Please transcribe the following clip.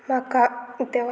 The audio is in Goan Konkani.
म्हाका देवा